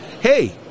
hey